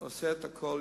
עושה את הכול.